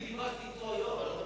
אני דיברתי אתו היום.